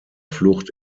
flucht